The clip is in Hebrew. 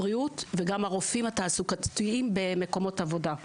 הבריאות וגם הרופאים התעסוקתיים במקומות עבודה.